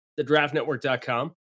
thedraftnetwork.com